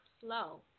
slow